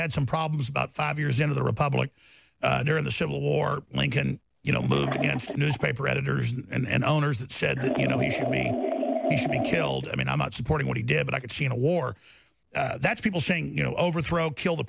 had some problems about five years into the republic during the civil war lincoln you know newspaper editors and owners that said you know he killed i mean i'm not supporting what he did but i could see in a war that's people saying you know overthrow kill the